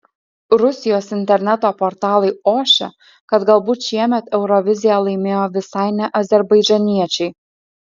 rusijos interneto portalai ošia kad galbūt šiemet euroviziją laimėjo visai ne azerbaidžaniečiai